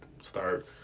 start